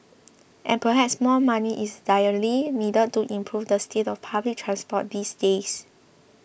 and perhaps more money is direly needed to improve the state of public transport these days